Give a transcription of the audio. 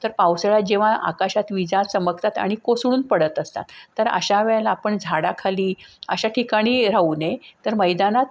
तर पावसाळ्यात जेव्हा आकाशात विजा चमकतात आणि कोसळून पडत असतात तर अशा वेळेला आपण झाडाखाली अशा ठिकाणी राहू नये तर मैदानात